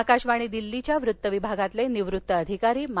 आकाशवाणी दिल्लीच्या वृत्त विभागातील निवृत्त अधिकारी मा